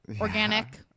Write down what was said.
Organic